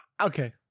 Okay